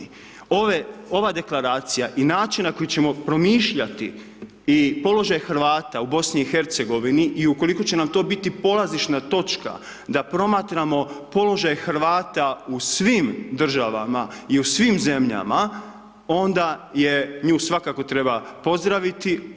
Ova Deklaracija i način na koji ćemo promišljati i položaj Hrvata u BIH i ukoliko će nam to biti polazišna točka da promatramo položaj Hrvata u svim državama i u svim zemljama onda nju svakako treba pozdraviti.